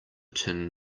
tin